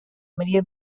maria